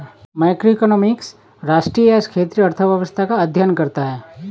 macroeconomics राष्ट्रीय या क्षेत्रीय अर्थव्यवस्था का अध्ययन करता है